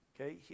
Okay